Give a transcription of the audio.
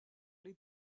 les